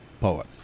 poet